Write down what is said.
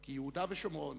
כי יהודה ושומרון